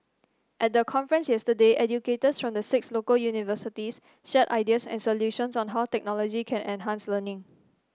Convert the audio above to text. at the conference yesterday educators from the six local universities shared ideas and solutions on how technology can enhance learning